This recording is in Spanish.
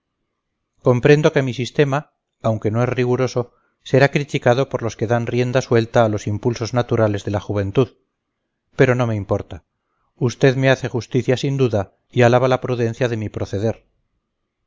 comprendo que mi sistema aunque no es riguroso será criticado por los que dan rienda suelta a los impulsos naturales de la juventud pero no me importa usted me hace justicia sin duda y alaba la prudencia de mi proceder